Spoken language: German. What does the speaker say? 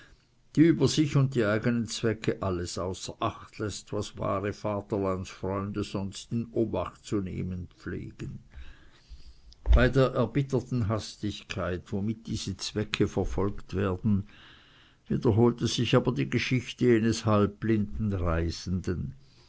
die über sich und die eigenen zwecke alles außer acht läßt was wahre vaterlandsfreunde sonst in obacht zu nehmen pflegen bei der erbitterten hastigkeit womit diese zwecke verfolgt werden wiederholt sich aber die geschichte jenes halbblinden reisenden